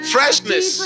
Freshness